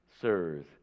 Sirs